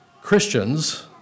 Christians